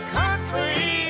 country